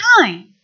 time